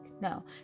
No